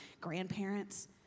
grandparents